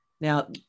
Now